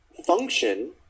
Function